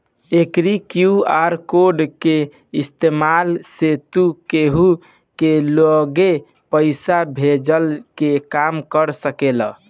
एकरी QR code के इस्तेमाल से तू केहू के लगे पईसा भेजला के काम कर सकेला